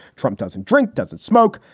trump doesn't drink, doesn't smoke,